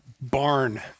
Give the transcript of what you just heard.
barn